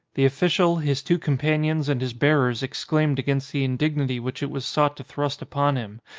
the official, his two companions, and his bearers exclaimed against the indignity which it was sought to thrust upon him,